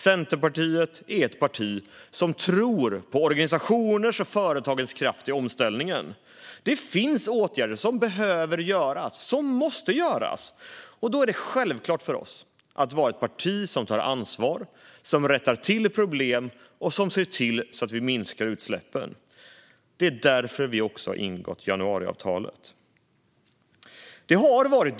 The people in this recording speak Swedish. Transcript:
Centerpartiet är ett parti som tror på organisationers och företags kraft i omställningen. Det finns åtgärder som behöver och måste genomföras. Då är det självklart för oss att vara ett parti som tar ansvar, som rättar till fel och ser till att vi minskar utsläppen. Det är därför som vi också har ingått januariavtalet. Det har varit